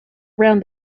around